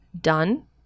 Done